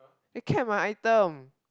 they kept my item